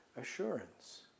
assurance